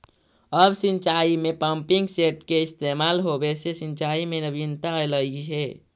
अब सिंचाई में पम्पिंग सेट के इस्तेमाल होवे से सिंचाई में नवीनता अलइ हे